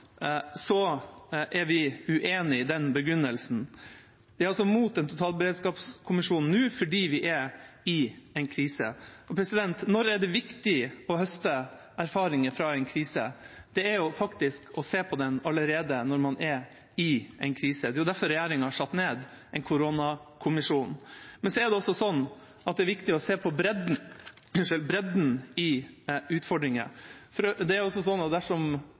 er vi uenig i den begrunnelsen. De er altså imot en totalberedskapskommisjon nå, fordi vi er i en krise. Når er det viktig å høste erfaringer fra en krise? Det er faktisk ved å se på den allerede når man er i en krise. Det er derfor regjeringa har satt ned en koronakommisjon. Men så er det også slik at det er viktig å se på bredden